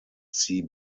see